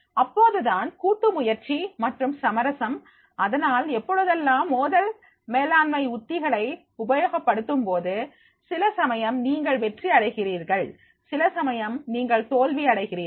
அப்போதுதான் கூட்டு முயற்சி மற்றும் சமரசம்அதனால் எப்பொழுதெல்லாம் மோதல் மேலாண்மை உத்திகளை உபயோகப்படுத்தும் போது சில சமயம் நீங்கள் வெற்றி அடைகிறீர்கள் சில சமயம் நீங்கள் தோல்வி அடைகிறீர்கள்